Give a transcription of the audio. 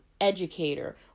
educator